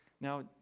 Now